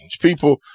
People